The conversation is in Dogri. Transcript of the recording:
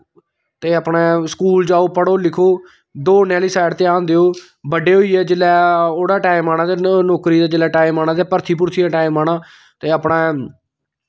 ते अपनै स्कूल जाओ पढ़ो लिखो दौड़ने आह्ली साइड ध्यान देओ बड्डे होइयै जेल्लै ओह्ड़ा टैम आना नौकरी दा जेल्लै टैम आना ते भर्थी भुर्थी टैम आना ते अपनै